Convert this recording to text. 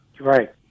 Right